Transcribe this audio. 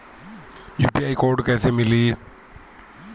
UPI code कैसे मिली?